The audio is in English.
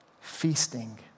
feasting